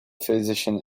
physician